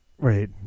Wait